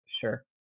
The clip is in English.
sure